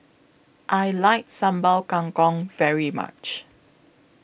I like Sambal Kangkong very much